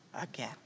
again